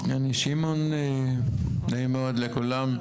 אני שמעון נעים מאוד לכולם,